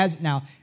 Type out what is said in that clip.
now